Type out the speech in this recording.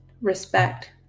respect